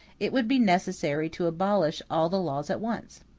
it would be necessary to abolish all the laws at once.